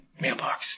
mailbox